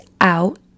out